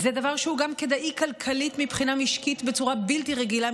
זה דבר שהוא גם כדאי כלכלית מבחינה משקית בצורה בלתי רגילה,